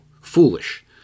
foolish